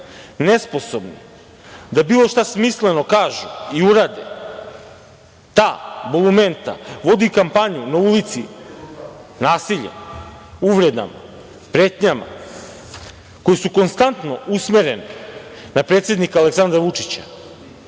Nesposobni da bilo šta smisleno kažu i urade, ta bolumenta vodi kampanju na ulici nasiljem, uvredama, pretnjama koje su konstantno usmerene na predsednika Aleksandra Vučića